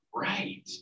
Right